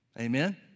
Amen